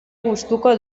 gustuko